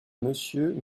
monsieur